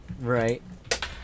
Right